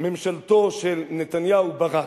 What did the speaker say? ממשלת נתניהו-ברק,